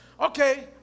okay